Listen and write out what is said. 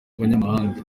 abanyamahanga